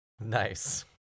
Nice